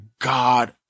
God